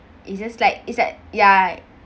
it's just like it's like ya